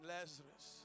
Lazarus